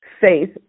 faith